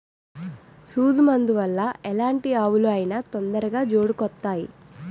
సూదు మందు వల్ల ఎలాంటి ఆవులు అయినా తొందరగా జోడుకొత్తాయి